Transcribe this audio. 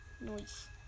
noise